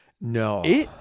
No